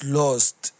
lost